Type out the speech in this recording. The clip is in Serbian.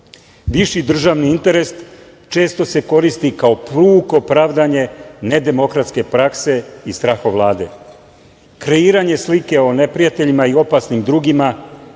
Viši državni interes često se koristi kao puko pravdanje nedemokratske prakse i strahovlade. Kreiranje slike o neprijateljima i opasnim drugima